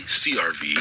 crv